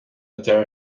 d’fhear